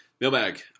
Mailbag